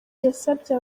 yasabye